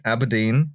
Aberdeen